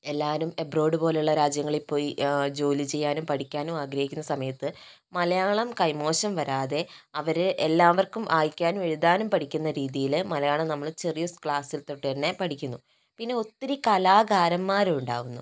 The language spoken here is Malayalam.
എല്ലാവരും എബ്രോഡ് പോലുള്ള രാജ്യങ്ങളിൽ പോയി ജോലി ചെയ്യാനും പഠിക്കാനും ആഗ്രഹിക്കുന്ന സമയത്ത് മലയാളം കൈമോശം വരാതെ അവരെ എല്ലാവർക്കും വായിക്കാനും എഴുതാനും പഠിക്കുന്ന രീതിയില് മലയാളം നമ്മൾ ചെറിയ ക്ലാസ്സിൽ തൊട്ട് തന്നെ പഠിക്കുന്നു പിന്നെ ഒത്തിരി കലാകാരന്മാരും ഉണ്ടാകുന്നു